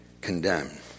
condemned